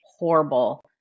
horrible